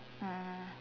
mm